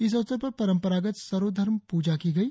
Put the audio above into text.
इस अवसर पर परम्परागत सर्वधर्म प्रजा की गई